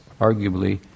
Arguably